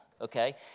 Okay